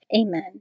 Amen